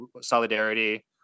Solidarity